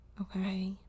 okay